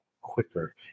quicker